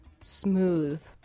smooth